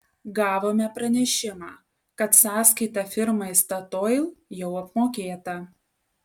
gavome pranešimą kad sąskaita firmai statoil jau apmokėta